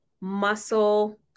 muscle